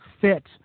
fit